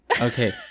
Okay